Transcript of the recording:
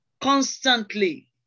constantly